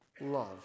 love